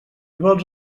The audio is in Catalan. vols